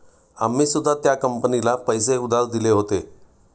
आम्ही सुद्धा त्या कंपनीला पैसे उधार दिले होते